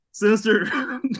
Sinister